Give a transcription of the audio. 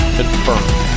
Confirmed